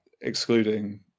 excluding